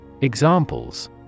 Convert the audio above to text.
Examples